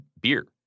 beer